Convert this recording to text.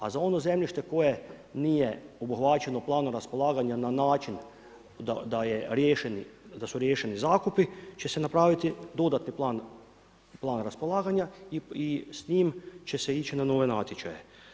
A za ono zemljište koje nije obuhvaćeno planom raspolaganja na način da je riješen, da su riješeni zakupi će se napraviti dodatni plan raspolaganja i s njim će se ići na nove natječaje.